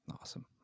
Awesome